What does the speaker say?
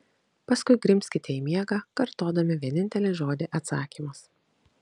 paskui grimzkite į miegą kartodami vienintelį žodį atsakymas